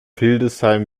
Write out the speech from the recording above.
hildesheim